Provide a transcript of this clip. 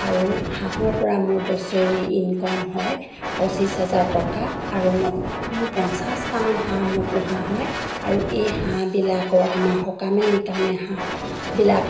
আৰু হাঁহৰ পৰা মোৰ বছৰে ইনকম হয় পঁচিছ হাজাৰ টকা আৰু মোৰ পঞ্চাছটামান হাঁহ মোৰ পোহা হয় আৰু এই হাঁহবিলাকৰ আমাৰ সকামে নিকামে হাঁহবিলাক